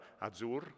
azure